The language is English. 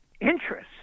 interests